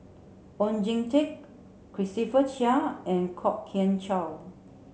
Oon Jin Teik Christopher Chia and Kwok Kian Chow